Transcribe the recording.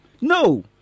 No